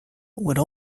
would